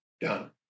done